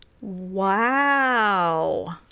Wow